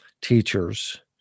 teachers